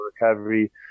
recovery